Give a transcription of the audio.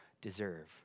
deserve